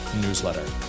newsletter